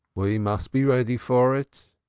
we must be ready for it.